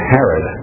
Herod